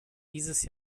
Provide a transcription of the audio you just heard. dieses